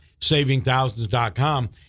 savingthousands.com